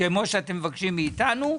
כמו שאתם מבקשים מאיתנו,